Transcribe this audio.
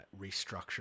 restructure